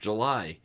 July